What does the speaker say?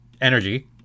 energy